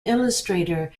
illustrator